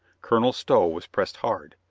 colonel stow was pressed hard.